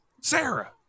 Sarah